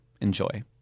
Enjoy